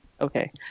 Okay